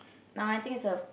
no I think it's a